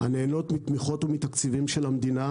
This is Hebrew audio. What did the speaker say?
הנהנות מתמיכות ומתקציבים של המדינה,